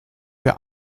wir